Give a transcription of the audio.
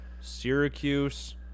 syracuse